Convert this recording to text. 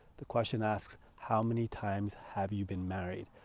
the question asks how many times have you been married?